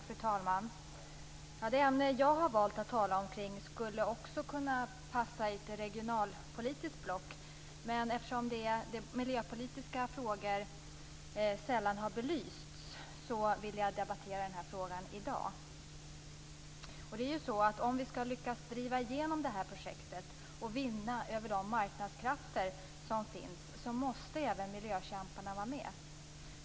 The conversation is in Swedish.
Fru talman! Det ämne som jag har valt att tala om skulle också kunna ha passat i ett regionalpolitiskt block. Men eftersom det miljöpolitiska i denna fråga sällan har belysts vill jag debattera frågan i dag. Om vi ska lyckas att driva igenom det här projektet och vinna över de marknadskrafter som finns måste även miljökämparna vara med.